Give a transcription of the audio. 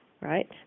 right